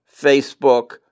Facebook